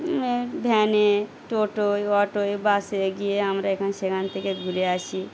ভ্যানে টোটোয় অটোয় বাসে গিয়ে আমরা এখানে সেখান থেকে ঘুরে আসি